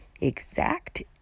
exact